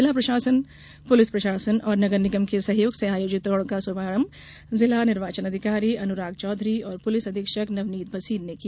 जिला प्रशासन पुलिस प्रशासन और नगर निगम के सहयोग से आयोजित दौड़ का शुभारंभ जिला निर्वाचन अधिकारी अनुराग चौधरी और पुलिस अधीक्षक नवनीत भसीन ने किया